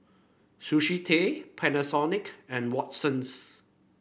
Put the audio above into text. Sushi Tei Panasonic and Watsons